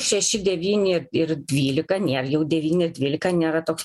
šeši devyni ir ir dvylika nėr jau devyni dvylika nėra toks